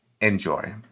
Enjoy